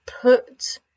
put